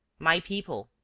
my people,